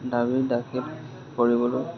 দাবী দাখিল কৰিবলৈ